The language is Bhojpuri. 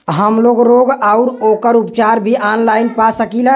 हमलोग रोग अउर ओकर उपचार भी ऑनलाइन पा सकीला?